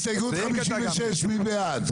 הסתייגות 56, מי בעד?